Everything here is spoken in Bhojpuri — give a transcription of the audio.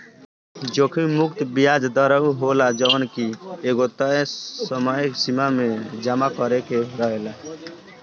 जोखिम मुक्त बियाज दर उ होला जवन की एगो तय समय सीमा में जमा करे के रहेला